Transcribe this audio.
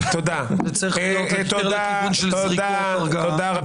זה צריך להיות יותר לכיוון של זריקות הרגעה.